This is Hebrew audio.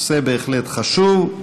נושא בהחלט חשוב.